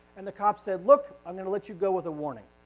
and the cop said, look i'm going to let you go with a warning.